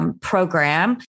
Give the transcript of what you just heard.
program